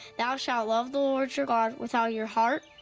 thou shalt love the lord your god with all your heart,